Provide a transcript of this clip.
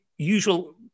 Usual